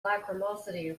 lachrymosity